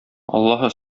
аллаһы